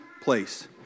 place